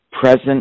present